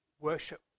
worship